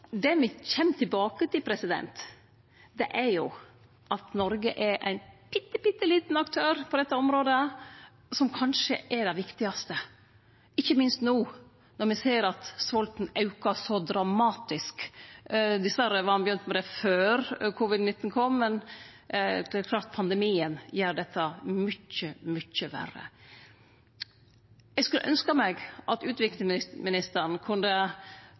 det me kjem tilbake til, er at Noreg er ein bitte liten aktør på dette området, som kanskje er det viktigaste, ikkje minst no når me ser at svolten aukar så dramatisk. Diverre var han begynt med det før covid-19 kom, men det er klart at pandemien gjer dette mykje, mykje verre. Eg skulle ønskt at utviklingsministeren kunne forsikra om at